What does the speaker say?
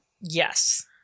Yes